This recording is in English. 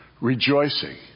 rejoicing